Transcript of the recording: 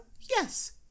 Yes